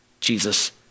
Jesus